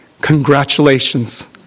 Congratulations